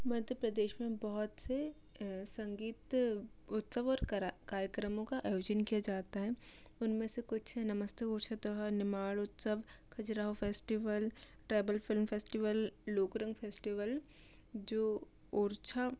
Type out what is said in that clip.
मध्य प्रदेश में बहुत से संगीत उत्सव और कार्यक्रमों का आयोजन किया जाता है उनमें से कुछ नमस्ते उच्चतह निमाड़ उत्सव Khajuraho festival tribal film festival Lokrang festival जो ओरछा